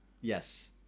Yes